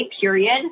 period